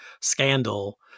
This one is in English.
scandal